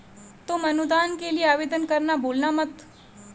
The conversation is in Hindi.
तुम अनुदान के लिए आवेदन करना भूलना मत